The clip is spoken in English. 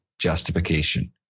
Justification